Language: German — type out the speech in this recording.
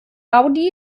rowdy